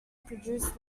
produce